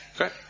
okay